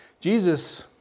Jesus